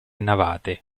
navate